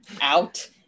out